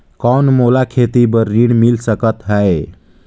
कौन मोला खेती बर ऋण मिल सकत है?